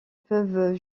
peuvent